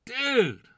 Dude